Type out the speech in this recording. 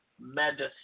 medicine